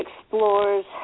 explores